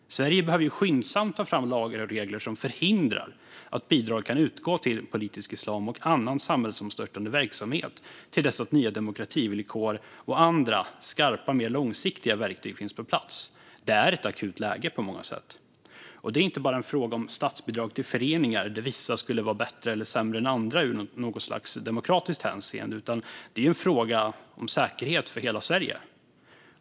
Sverige behöver skyndsamt ta fram lagar och regler som förhindrar att bidrag kan utgå till politisk islam och annan samhällsomstörtande verksamhet till dess att nya demokrativillkor och andra skarpa och mer långsiktiga verktyg finns på plats. Det är på många sätt ett akut läge. Det är inte bara en fråga om statsbidrag till föreningar som skulle vara bättre eller sämre än andra i något slags demokratiskt hänseende, utan det är en fråga om säkerhet för hela Sverige.